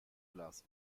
glas